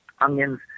onions